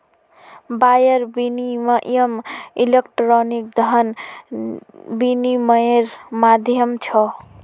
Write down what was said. wire विनियम electronic धन विनियम्मेर माध्यम छ